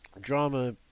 drama